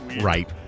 Right